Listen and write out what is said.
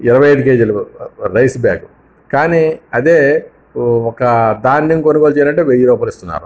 ఇరవై ఐదు కేజీలు రైసు బ్యాగ్ కానీ అదే ఒక ధాన్యం కొనుగోలు చేయాలి అంటే వెయ్యి రూపాయలు ఇస్తున్నారు